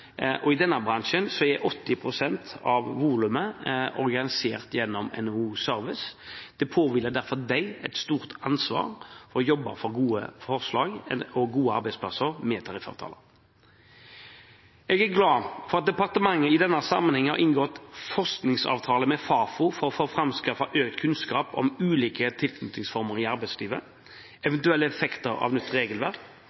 og i denne bransjen er 80 pst. av volumet organisert gjennom NHO Service. Det påhviler derfor dem et stort ansvar for å jobbe for gode arbeidsplasser med tariffavtaler. Jeg er glad for at departementet i denne sammenheng har inngått forskningsavtale med Fafo for å framskaffe økt kunnskap om ulike tilknytningsformer i arbeidslivet og eventuelle effekter av nytt regelverk.